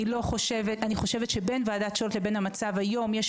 אני חושבת שבין ועדת שולט לבין המצב היום יש